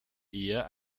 eher